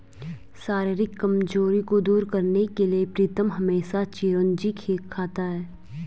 शारीरिक कमजोरी को दूर करने के लिए प्रीतम हमेशा चिरौंजी खाता है